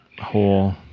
whole